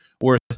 worth